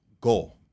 goal